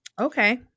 okay